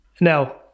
Now